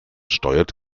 steuert